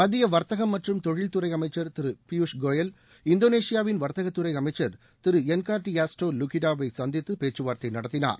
மத்திய வர்த்தகம் மற்றும் தொழிற்துறை அமைச்சர் திரு பியூஷ் கோயல் இந்தோனேஷியாவின் வர்த்தகத் துறை அமைச்சள் திரு என்கார்டிக்பாஸ்டோ லுகிடா சந்தித்து பேச்சுவார்த்தை நடத்தினார்